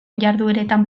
jardueretan